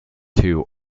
two